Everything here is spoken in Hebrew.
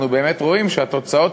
אנחנו באמת רואים שהתוצאות,